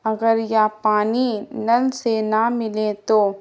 اگر یا پانی نل سے نہ ملے تو